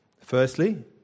Firstly